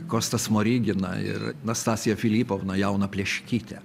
kostą smoriginą ir nastasiją filipovną jauną pleškytę